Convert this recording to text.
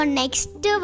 next